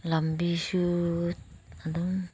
ꯂꯝꯕꯤꯁꯨ ꯑꯗꯨꯝ